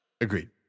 Agreed